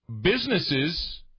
businesses